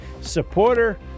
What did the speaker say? supporter